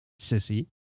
sissy